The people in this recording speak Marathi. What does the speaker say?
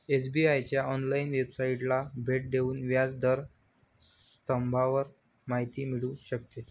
एस.बी.आए च्या ऑनलाइन वेबसाइटला भेट देऊन व्याज दर स्तंभावर माहिती मिळू शकते